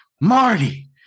Marty